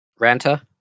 Ranta